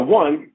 one